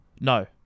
no